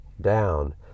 down